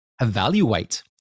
evaluate